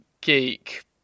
geek